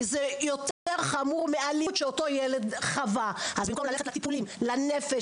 כי זה יותר חמור מאלימות שאותו ילד חווה אז במקום ללכת לטיפולים לנפש,